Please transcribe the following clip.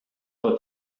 for